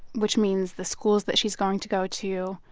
which means the schools that she's going to go to,